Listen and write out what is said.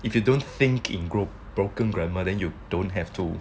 if you don't think in group broken grammar then you don't have to